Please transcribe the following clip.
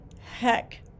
heck